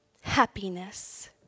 happiness